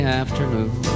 afternoon